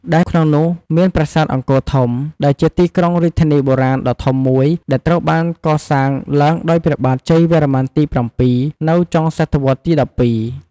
ដែលក្នុងនោះមាន ប្រាសាទអង្គរធំ ជាទីក្រុងរាជធានីបុរាណដ៏ធំមួយដែលត្រូវបានកសាងឡើងដោយព្រះបាទជ័យវរ្ម័នទី ៧ នៅចុងសតវត្សរ៍ទី ១២ ។